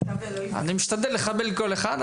דוריה מעלה ירוק,